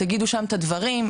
תגידו שם את הדברים,